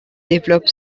développe